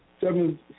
Seven